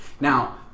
now